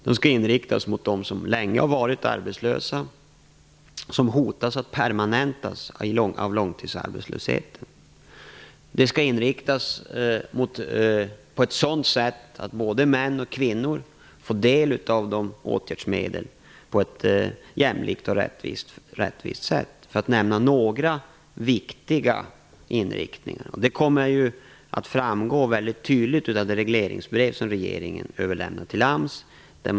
De skall inriktas mot dem som har varit arbetslösa länge och som hotas att bli permanent långtidsarbetslösa. De skall inriktas på det sättet att både män och kvinnor får del av åtgärdsmedlen på ett jämlikt och rättvist sätt, för att nämna några viktiga inriktningar. Detta kommer ju att framgå väldigt tydligt av det regleringsbrev som regeringen har överlämnat till AMS.